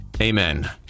Amen